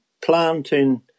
planting